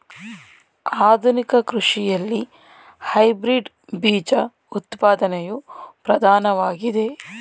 ಆಧುನಿಕ ಕೃಷಿಯಲ್ಲಿ ಹೈಬ್ರಿಡ್ ಬೀಜ ಉತ್ಪಾದನೆಯು ಪ್ರಧಾನವಾಗಿದೆ